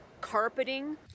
carpeting